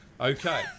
Okay